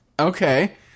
Okay